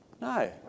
No